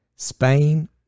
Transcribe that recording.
Spain